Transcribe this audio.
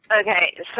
Okay